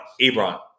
Ebron